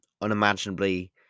unimaginably